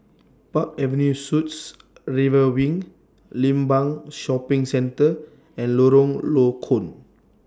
Park Avenue Suites River Wing Limbang Shopping Center and Lorong Low Koon